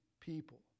people